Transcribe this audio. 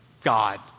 God